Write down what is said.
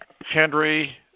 Henry